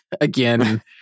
Again